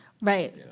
Right